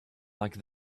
like